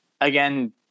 again